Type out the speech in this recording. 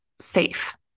safe